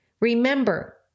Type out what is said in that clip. Remember